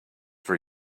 for